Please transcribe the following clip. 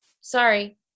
sorry